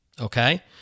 okay